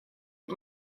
and